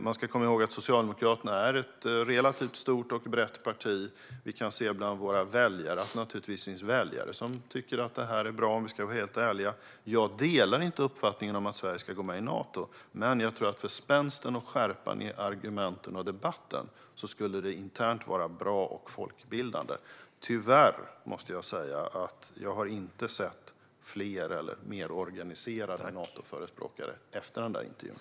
Man ska komma ihåg att Socialdemokraterna är ett relativt stort och brett parti. Om vi ska vara helt ärliga finns det naturligtvis de som tycker att det här är bra. Jag delar inte uppfattningen att Sverige ska gå med i Nato, men jag tror att för spänsten och skärpan i argumenten och debatten skulle det internt vara bra och folkbildande. Tyvärr måste jag säga att jag inte har sett fler eller mer organiserade Natoförespråkare efter den intervjun.